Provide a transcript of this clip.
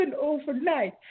overnight